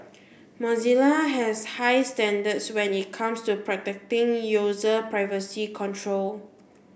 Mozilla has high standards when it comes to protecting user privacy control